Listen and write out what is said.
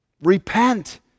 Repent